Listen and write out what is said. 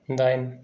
दाइन